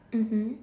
mmhmm